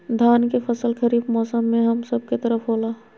धान के फसल खरीफ मौसम में हम सब के तरफ होला